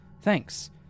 thanks